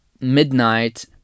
midnight